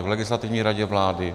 V Legislativní radě vlády?